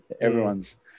everyone's